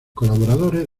colaboradores